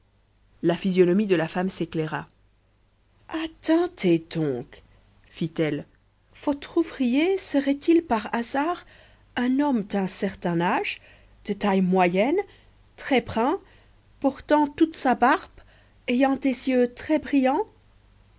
la physionomie de la femme s'éclaira attendez donc fit-elle votre ouvrier serait-il par hasard un homme d'un certain âge de taille moyenne très brun portant toute sa barbe ayant des yeux